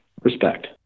Respect